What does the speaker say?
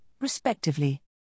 respectively